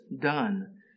done